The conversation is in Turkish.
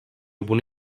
bunu